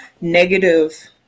negative